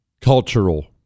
Cultural